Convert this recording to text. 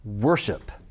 worship